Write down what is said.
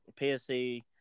PSC